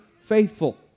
faithful